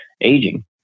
aging